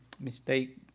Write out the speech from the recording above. mistake